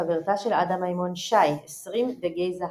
חברתה של עדה מימון שי עשרים דגי זהב.